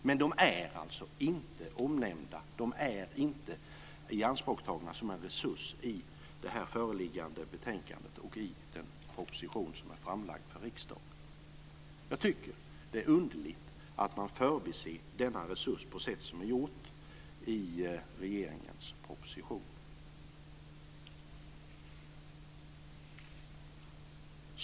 Men de är alltså inte omnämnda och inte ianspråktagna som en resurs i det föreliggande betänkandet och i den proposition som är framlagd för riksdagen. Jag tycker att det är underligt att man förbiser denna resurs på det sätt som är gjort i regeringens proposition.